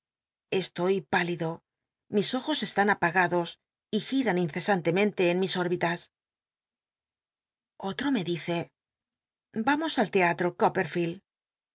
estoy pálido mis ojos están apagados s gilan incesantemen te en mis órbitas otro me dice vamos al teatro